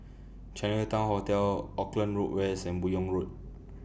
Chinatown Hotel Auckland Road West and Buyong Road